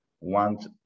want